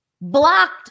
blocked